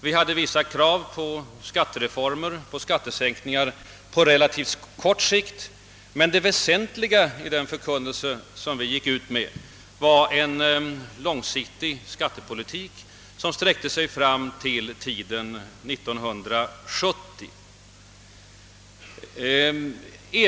Vi framförde vissa krav på skattereformer och skattesänkningar på relativt kort sikt, men det väsentliga i den förkunnelse som vi gick ut med var en långsiktig skattepolitik som sträckte sig fram till omkring 1970 och som vi alltjämt helt vidhåller.